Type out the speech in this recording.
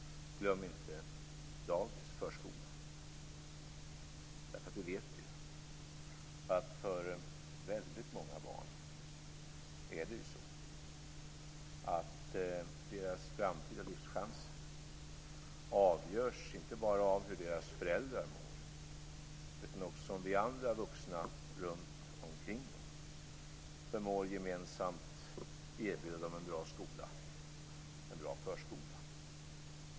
Glöm inte dagis och förskolan! Vi vet att för många barn avgörs de framtida livschanserna inte bara av hur deras föräldrar mår, utan också av om vi andra vuxna runt omkring förmår att gemensamt erbjuda barnen en bra skola och en bra förskola.